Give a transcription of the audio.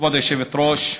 כבוד היושבת-ראש,